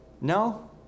No